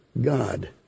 God